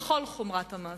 לנהוג בכל חומרת הדין.